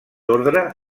ordre